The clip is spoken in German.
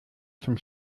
zum